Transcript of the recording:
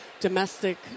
domestic